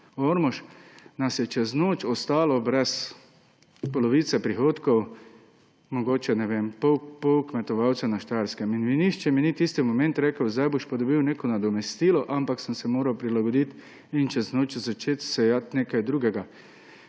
Ormožu, nas je čez noč ostalo brez polovice prihodkov mogoče pol kmetovalcev na Štajerskem. Nihče mi ni v tistem momentu rekel, zdaj boš pa dobil neko nadomestilo, ampak sem se moral prilagoditi in čez noč začeti sejati nekaj drugega.